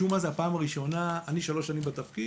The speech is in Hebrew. משום מה, זו הפעם הראשונה, אני שלוש שנים בתפקיד.